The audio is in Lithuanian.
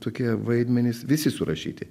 tokie vaidmenys visi surašyti